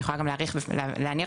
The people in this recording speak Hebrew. אני יכולה גם להניח אותה בפניכם,